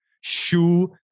shoe